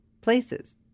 places